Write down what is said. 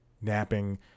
Napping